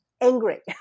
angry